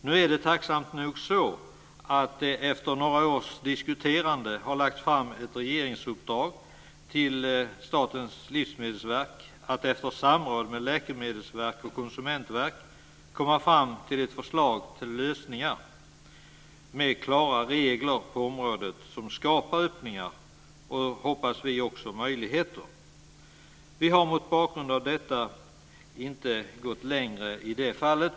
Nu är det tacksamt nog så att det efter några års diskuterande har getts ett regeringsuppdrag till Statens livsmedelsverk att efter samråd med Läkemedelsverket och Konsumentverket komma fram till ett förslag till lösningar med klara regler på området som skapar öppningar och, som vi hoppas, möjligheter. Vi har mot bakgrund av detta inte gått längre i det fallet.